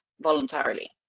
voluntarily